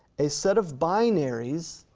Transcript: a set of binaries,